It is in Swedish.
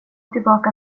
tillbaka